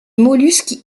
mollusques